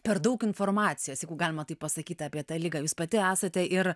per daug informacijos jeigu galima taip pasakyt apie tą ligą jūs pati esate ir